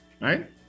right